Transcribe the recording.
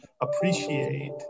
appreciate